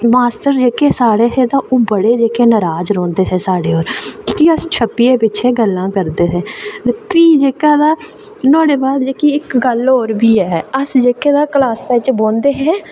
ते साढ़े जेह्के मास्टर हे ओह् बड़े नाराज़ रौहंदे हे साढ़े कन्नै ते अस छप्पियै पिच्छें गल्लां करदे हे ते भी जेह्का हा ते नुहाड़े बाद इक्क गल्ल होर बी ऐ ते अस जेह्के क्लॉसे बिच बौंहदे हे